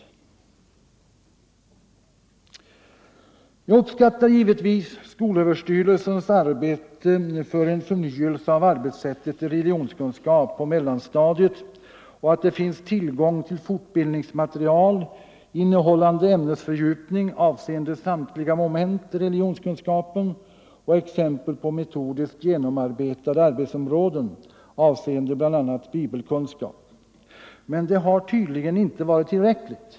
Jag uppskattar givetvis skolöverstyrelsens arbete för en förnyelse av arbetssättet i religionskunskap på mellanstadiet och att det finns tillgång till fortbildningsmaterial, innehållande ämnesfördjupning avseende samtliga moment i religionskunskapen och exempel på metodiskt genomarbetade arbetsområden avseende bl.a. bibelkunskap, men det har tydligen inte varit tillräckligt.